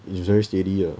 it's very steady ah